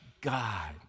God